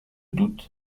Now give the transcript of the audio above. doute